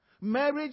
Marriage